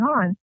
on